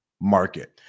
market